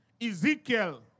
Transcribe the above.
Ezekiel